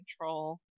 control